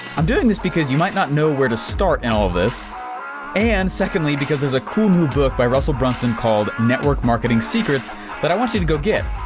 i'm doing this because you might not know where to start in all of this and, secondly, because there's a cool new book by russell brunson called network marketing secrets that but i want you to go get.